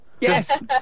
Yes